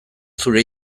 zeure